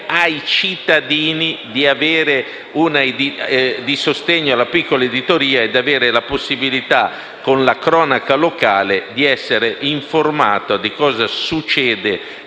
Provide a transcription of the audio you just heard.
ai cittadini il sostegno alla piccola editoria e di avere la possibilità, con la cronaca locale, di essere informati su cosa succede